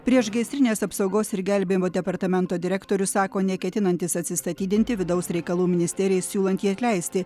priešgaisrinės apsaugos ir gelbėjimo departamento direktorius sako neketinantis atsistatydinti vidaus reikalų ministerijai siūlant jį atleisti